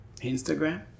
Instagram